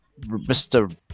Mr